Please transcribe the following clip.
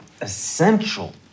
essential